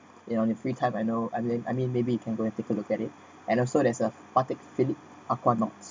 you on your free time I know I mean I mean maybe you can go and take a look at it and also there's a patek philip aquanaut